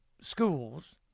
schools